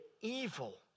evil